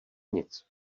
nic